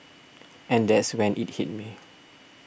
and that's when it hit me